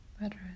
better